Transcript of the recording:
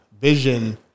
vision